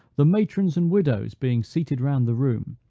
the matrons and widows being seated round the room,